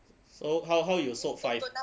so how how you sold five